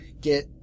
get